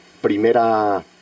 primera